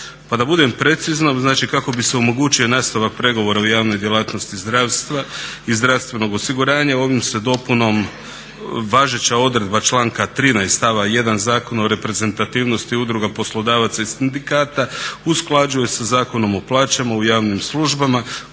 Pa da budem precizan znači kako bi se omogućio nastavak pregovora u javnoj djelatnosti zdravstva i zdravstvenog osiguranja ovom se dopunom važeća odredba članka 13. stavka 1. Zakona o reprezentativnosti udruga poslodavaca i sindikata usklađuje sa Zakonom o plaćama u javnim službama